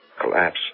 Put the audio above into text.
collapse